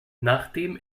nachdem